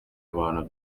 bantu